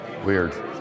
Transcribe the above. Weird